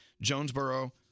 Jonesboro